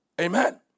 Amen